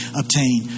obtain